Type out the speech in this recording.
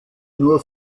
nur